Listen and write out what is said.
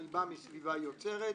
ואני בא מסביבה יוצרת.